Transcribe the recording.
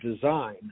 design